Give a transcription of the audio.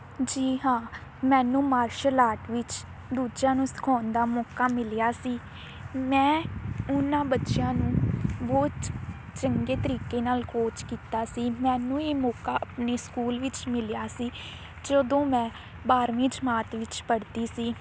ਜੀ ਹਾਂ ਮੈਨੂੰ ਮਾਰਸ਼ਲ ਆਰਟ ਵਿੱਚ ਦੂਜਿਆਂ ਨੂੰ ਸਿਖਾਉਣ ਦਾ ਮੌਕਾ ਮਿਲਿਆ ਸੀ ਮੈਂ ਉਹਨਾਂ ਬੱਚਿਆਂ ਨੂੰ ਬਹੁਤ ਚ ਚੰਗੇ ਤਰੀਕੇ ਨਾਲ ਕੋਚ ਕੀਤਾ ਸੀ ਮੈਨੂੰ ਇਹ ਮੌਕਾ ਆਪਣੇ ਸਕੂਲ ਵਿੱਚ ਮਿਲਿਆ ਸੀ ਜਦੋਂ ਮੈਂ ਬਾਰਵੀਂ ਜਮਾਤ ਵਿੱਚ ਪੜ੍ਹਦੀ ਸੀ